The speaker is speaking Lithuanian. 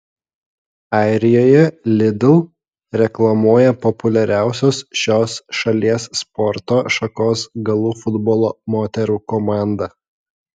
arijoje lidl reklamuoja populiariausios šios šalies sporto šakos galų futbolo moterų komanda